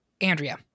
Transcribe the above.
Andrea